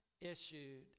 issued